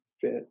fit